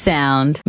Sound